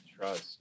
trust